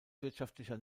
wirtschaftlicher